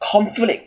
conflict